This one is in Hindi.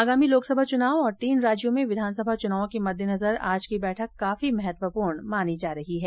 आगामी लोकसभा चुनाव और तीन राज्यों में विधानसभा चुनावों के मद्देनजर आज की बैठक काफी महत्वपूर्ण मानी जा रही है